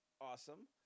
awesome